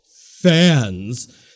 fans